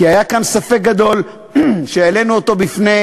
כי היה כאן ספק גדול שהעלינו אותו בפני